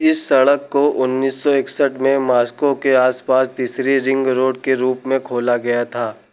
इस सड़क को उन्नीस सौ इकसठ में मास्को के आस पास तीसरी रिंग रोड के रूप में खोला गया था